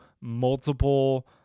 multiple